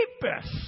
deepest